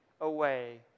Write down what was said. away